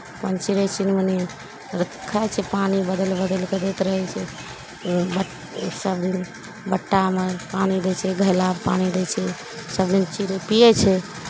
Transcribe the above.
अपन चिड़ै चिरमुन्नी खाइ छै पानि बदलि बदलि कऽ दैत रहै छै बट सभ दिन बट्टामे पानि दै छै घैलामे पानि दै छै सभदिन चिड़ै पियै छै